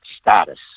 status